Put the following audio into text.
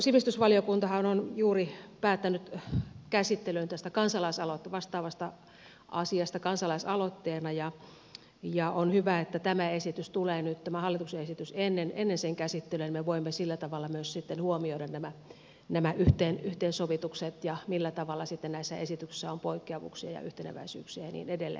sivistysvaliokuntahan on juuri päättänyt käsittelyn tästä vastaavasta asiasta kansalaisaloitteena ja on hyvä että tämä hallituksen esitys tulee nyt ennen sen käsittelyä niin että me voimme sillä tavalla myös sitten huomioida nämä yhteensovitukset ja sen millä tavalla sitten näissä esityksissä on poikkeavuuksia ja yhteneväisyyksiä ja niin edelleen